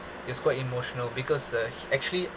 it's quite emotional because uh actually